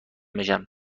بشم